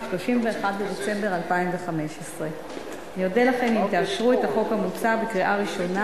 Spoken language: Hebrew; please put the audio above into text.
31 בדצמבר 2015. אני אודה לכם אם תאשרו את החוק המוצע בקריאה ראשונה